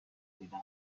دیدم